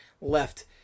left